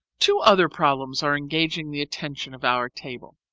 two other problems are engaging the attention of our table.